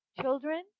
children